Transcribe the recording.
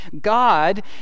God